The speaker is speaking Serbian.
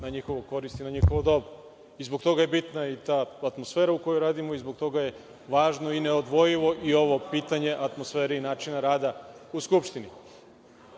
na njihovu korist i na njihovo dobro. Zbog toga je bitna i ta atmosfera u kojoj radimo i zbog toga je važno i neodvojivo i ovo pitanje atmosfere i načina rada u Skupštini. Nažalost,